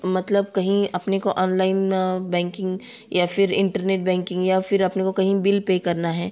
मतलब कहीं अपने को ऑन लाइन बैंकिंग या फिर इंटरनेट बैंकिंग या फिर अपने को कहीं बिल पे करना है